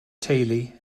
teulu